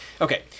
Okay